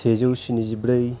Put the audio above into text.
सेजौ स्निजिब्रै